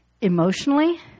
Emotionally